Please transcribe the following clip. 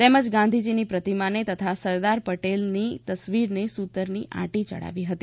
તેમજ ગાંધીજીની પ્રતિમાને તથા સરદાર પટેલની તસવીરને સુતર ની આટી ચડાવી હતી